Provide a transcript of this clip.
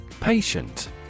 Patient